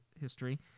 history